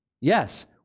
Yes